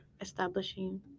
establishing